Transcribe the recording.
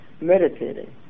meditating